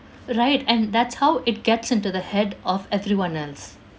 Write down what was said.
right and that's how it gets into the head of everyone else